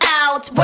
out